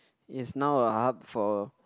is now a hub for